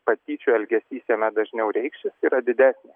patyčių elgesys jame dažniau reikšis yra didesnė